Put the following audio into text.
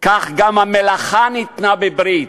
כך גם המלאכה ניתנה בברית,